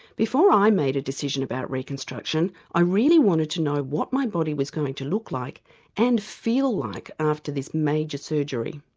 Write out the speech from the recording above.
before i made a decision about reconstruction i really wanted to know what my body was going to look like and feel like after this major surgery.